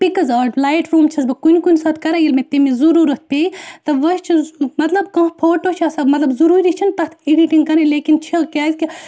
pics art Lightroom چھَس بہٕ کُنہِ کُنہِ ساتہٕ کَران ییٚلہِ مےٚ تیٚمِچ ضٔروٗرت پیٚیہِ تہٕ وۄنۍ چھُس مطلب کانٛہہ فوٹوٗ چھِ آسان مطلب ضٔروٗری چھِنہٕ تَتھ اٮ۪ڈِٹِنٛگ کَرٕنۍ لیکِن چھِ کیٛازِکہِ